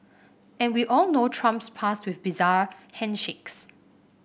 and we all know Trump's past with bizarre handshakes